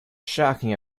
shocking